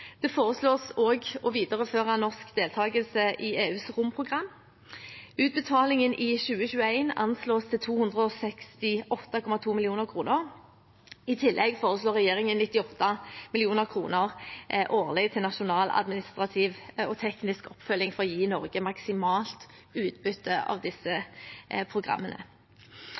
Det foreslås også å videreføre norsk deltakelse i EUs romprogram. Utbetalingen i 2021 anslås til 268,2 mill. kr. I tillegg foreslår regjeringen 98 mill. kr årlig til nasjonal administrativ og teknisk oppfølging for å gi Norge maksimalt utbytte av disse programmene.